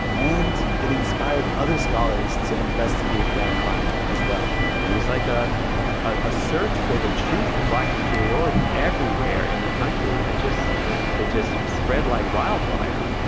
and it inspired other scholars to investigate black crime as well it was like a ah search for the truth of black inferiority everywhere in the country that just that just spread like wildfire